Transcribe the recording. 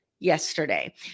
Yesterday